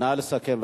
נא לסכם.